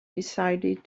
decided